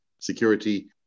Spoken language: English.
security